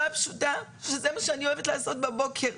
הפשוטה שזה מה שאני אוהבת לעשות בבוקר,